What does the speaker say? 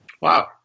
Wow